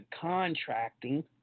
contracting